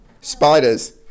Spiders